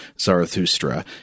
Zarathustra